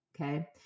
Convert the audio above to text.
okay